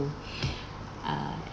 ah